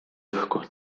õhku